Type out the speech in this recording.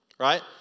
Right